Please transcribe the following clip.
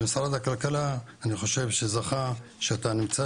במשרד הכלכלה אני חושב שזכה שאתה נמצא